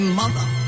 mother